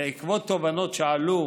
בעקבות תובנות שעלו